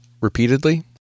repeatedly